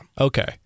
Okay